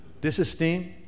Disesteem